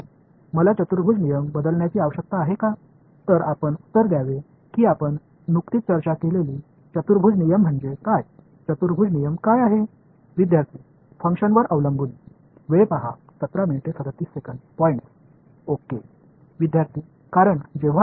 எனவே அதற்கு பதிலளிக்க நாம் இப்போது விவாதித்த ஒரு குவாடுரேசா் விதி என்ன என்று நீங்கள் என்னிடம் கேட்க வேண்டும் குவாடுரேசா் விதி என்றாள் என்ன